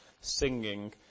singing